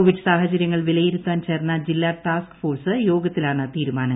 Covid സാഹചരൃ ങ്ങൾ വിലയിരുത്താൻ ചേർന്ന ജില്ലാ ടാസ്ക് ഫോഴ്സ് യോഗ ത്തിലാണു തീരുമാനങ്ങൾ